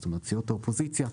סיעות האופוזיציה,